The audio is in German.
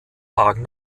wagen